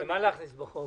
את מה להכניס בחוק?